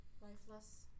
Lifeless